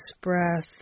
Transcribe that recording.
breath